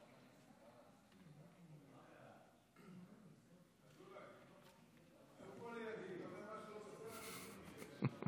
לא,